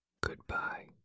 Goodbye